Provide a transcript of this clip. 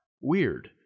Weird